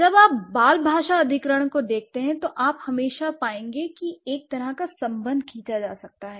जब आप बाल भाषा अधिग्रहण को देखते हैं तो आप हमेशा पाएंगे कि एक तरह का संबंध खींचा जा सकता है